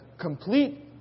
complete